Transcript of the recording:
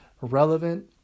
relevant